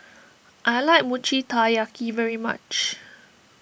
I like Mochi Taiyaki very much